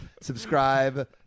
subscribe